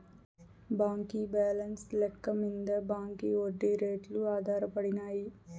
బాంకీ బాలెన్స్ లెక్క మింద బాంకీ ఒడ్డీ రేట్లు ఆధారపడినాయి